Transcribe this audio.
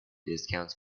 discounts